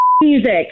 music